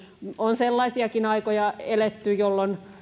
on sellaisiakin aikoja eletty jolloin